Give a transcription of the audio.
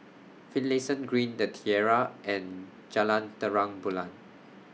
Finlayson Green The Tiara and Jalan Terang Bulan